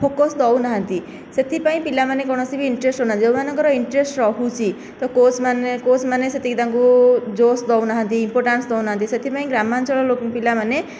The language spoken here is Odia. ଫୋକସ ଦେଉନାହାନ୍ତି ସେଥିପାଇଁ ପିଲାମାନେ ବି କୌଣସି ଇନ୍ଟରେଷ୍ଟ ଦେଉନାହାନ୍ତି ଯେଉଁମାନଙ୍କର ଇନ୍ଟରେଷ୍ଟ ରହୁଛି ତ କୋଚ୍ ମାନେ କୋଚ୍ ମାନେ ସେତିକି ତାଙ୍କୁ ଜୋଶ ଦେଉନାହାନ୍ତି ଇମ୍ପୋଟାଂସ ଦେଉନାହାନ୍ତି ସେଥିପାଇଁ ଗ୍ରାମାଞ୍ଚଳ ପିଲାମାନେ